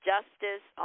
Justice